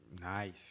Nice